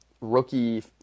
rookie